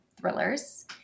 thrillers